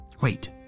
Wait